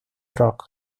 rock